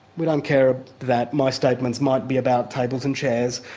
we don't care that my statements might be about tables and chairs,